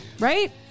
Right